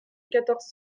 quatorze